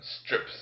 strips